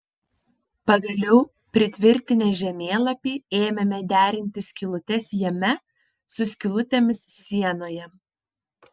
pagaliau pritvirtinę žemėlapį ėmėme derinti skylutes jame su skylutėmis sienoje